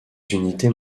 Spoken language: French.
unités